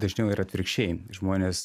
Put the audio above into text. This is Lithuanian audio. dažniau yra atvirkščiai žmonės